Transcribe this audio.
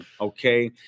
Okay